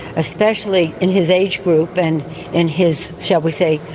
especially in his age group, than in his, shall we say.